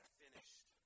finished